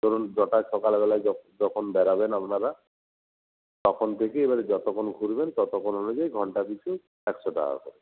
ধরুন যটায় সকালবেলায় যখন বেরোবেন আপনারা তখন থেকে এবারে যতক্ষণ ঘুরবেন ততক্ষণ অনুযায়ী ঘণ্টা পিছু একশো টাকা করে